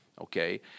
Okay